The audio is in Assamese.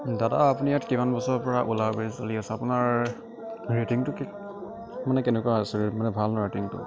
দাদা আপুনি ইয়াত কিমান বছৰৰ পৰা অলা উবেৰ চলি আছে আপোনাৰ ৰেটিংটো মানে কেনেকুৱা আছে মানে ভাল ন ৰেটিংটো